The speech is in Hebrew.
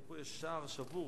אם פה יש שער שבור,